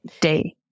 day